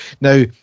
Now